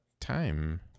time